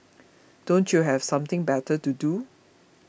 don't you have something better to do